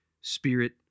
spirit